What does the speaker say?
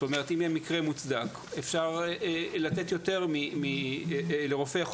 כלומר אם זה מקרה מוצדק אפשר לתת לרופא גם